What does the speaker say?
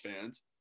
fans